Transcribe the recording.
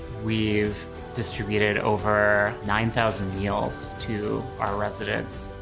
we've distributed over nine thousand meals to our residents.